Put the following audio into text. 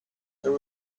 there